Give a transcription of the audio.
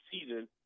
season